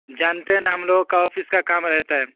جانتے ہیں نا ہم لوگوں کا آفس کا کام رہتا ہے